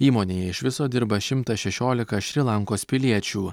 įmonėje iš viso dirba šimtas šešiolika šri lankos piliečių